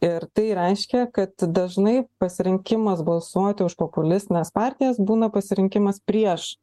ir tai reiškia kad dažnai pasirinkimas balsuoti už populistines partijas būna pasirinkimas prieš